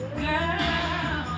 girl